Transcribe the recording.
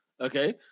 okay